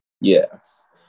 yes